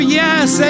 yes